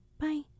bye